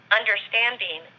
understanding